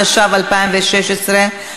התשע"ו 2016,